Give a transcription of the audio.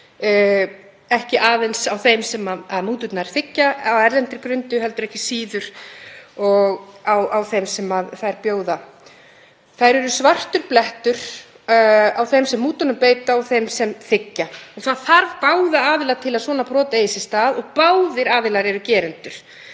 ekki aðeins á þeim sem múturnar þiggja á erlendri grundu heldur ekki síður á þeim sem þær bjóða. Þær eru svartur blettur á þeim sem mútunum beita og þeim sem þær þiggja. Það þarf báða aðila til að svona brot eigi sér stað og báðir aðilar eru gerendur.